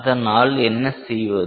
அதனால் என்ன செய்வது